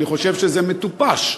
אני חושב שזה מטופש,